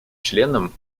членам